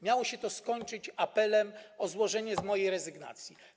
Miało się to skończyć apelem o złożenie mojej rezygnacji.